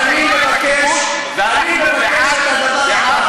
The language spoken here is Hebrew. אז אני מבקש את הדבר הבא,